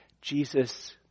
Jesus